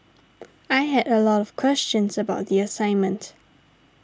I had a lot of questions about the assignment